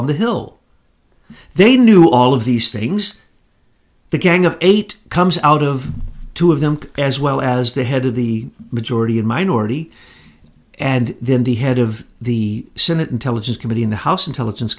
on the hill they knew all of these things the gang of eight comes out of two of them as well as the head of the majority and minority and then the head of the senate intelligence committee in the house intelligence